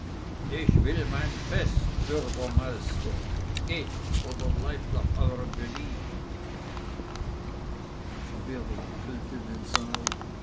ich will mein fest bürgermeister geht oder bleibt nach eurem belieben verwirrung füllte den saal